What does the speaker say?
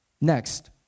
Next